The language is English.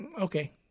Okay